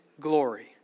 glory